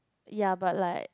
ya but like